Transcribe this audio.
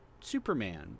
Superman